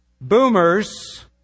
Boomers